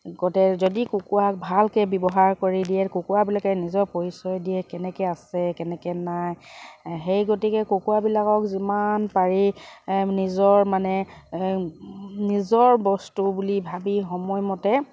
গোটে যদি কুকুৱাক ভালকে ব্যৱহাৰ কৰি দিয়ে কুকুৰাবিলাকে নিজৰ পৰিচয় দিয়ে কেনেকে আছে কেনেকে নাই সেই গতিকে কুকৰাবিলাকক যিমান পাৰি নিজৰ মানে নিজৰ বস্তু বুলি ভাবি সময়মতে